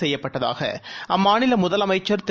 செய்யப்பட்டதாக அம்மாநில முதலமைச்சர் திரு